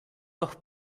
doch